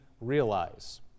realize